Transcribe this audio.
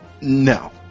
No